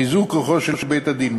חיזוק כוחו של בית-הדין,